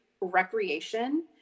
recreation